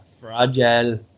fragile